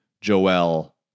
Joel